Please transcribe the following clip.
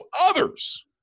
others